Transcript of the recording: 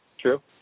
true